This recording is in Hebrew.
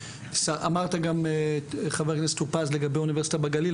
אמרת חבר הכנסת טור-פז לגבי אוניברסיטה בגליל,